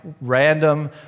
random